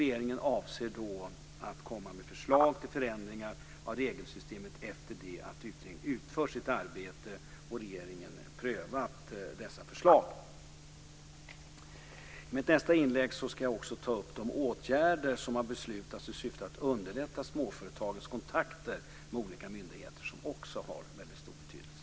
Regeringen avser att komma med förslag till förändringar av regelsystemet efter det att utredningen utfört sitt arbete och regeringen prövat dessa förslag. I mitt nästa inlägg ska jag ta upp de åtgärder som har beslutats om i syfte att underlätta småföretagens kontakter med olika myndigheter, som också har en väldigt stor betydelse.